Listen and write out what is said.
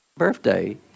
birthday